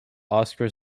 oscar